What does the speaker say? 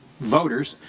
voters,